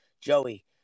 Joey